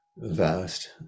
Vast